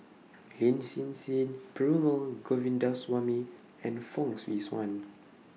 Lin Hsin Hsin Perumal Govindaswamy and Fong Swee Suan